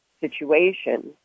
situation